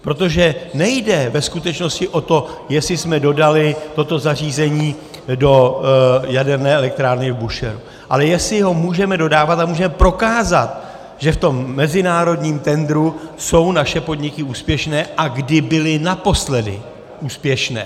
Protože nejde ve skutečnosti o to, jestli jsme dodali toto zařízení do jaderné elektrárny v Búšehru, ale jestli ho můžeme dodávat a můžeme prokázat, že v tom mezinárodním tendru jsou naše podniky úspěšné a kdy byly naposledy úspěšné.